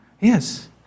Yes